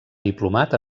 diplomat